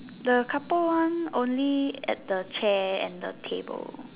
the couple one only at the chair and the table